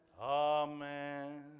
amen